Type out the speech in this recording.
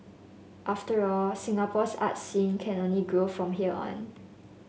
after all Singapore's art scene can only grow from here on